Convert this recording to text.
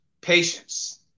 Patience